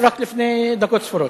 רק לפני דקות ספורות.